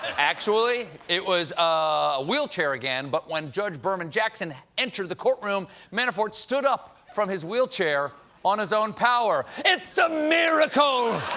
actually, it was a wheelchair again. but when judge amy berman jackson entered the courtroom, manafort stood up from his wheelchair on his own power. it's a miracle!